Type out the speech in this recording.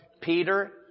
Peter